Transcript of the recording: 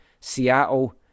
Seattle